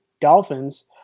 Dolphins